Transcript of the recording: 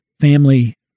family